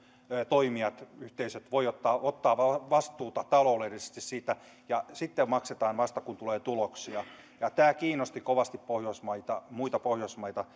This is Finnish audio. toimijat yhteisöt voivat ottaa ottaa vastuuta taloudellisesti siitä ja maksetaan vasta sitten kun tulee tuloksia tämä kiinnosti kovasti muita pohjoismaita